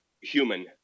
human